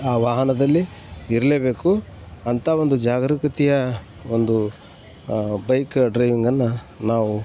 ಆ ವಾಹನದಲ್ಲಿ ಇರಲೇಬೇಕು ಅಂಥ ಒಂದು ಜಾಗರೂಕತೆಯ ಒಂದು ಬೈಕ್ ಡ್ರೈವಿಂಗನ್ನು ನಾವು